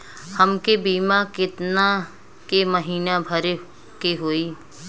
हमके बीमा केतना के महीना भरे के होई?